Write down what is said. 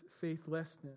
faithlessness